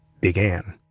began